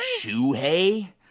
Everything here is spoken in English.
Shuhei